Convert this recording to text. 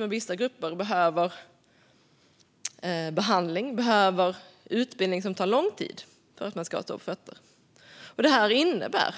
Men vissa grupper behöver behandling och utbildning som tar lång tid för att de ska komma på fötter. Detta innebär